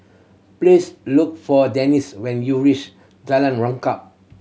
please look for Denise when you reach Jalan Rengkam